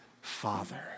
Father